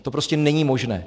To prostě není možné.